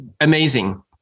amazing